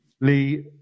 Lee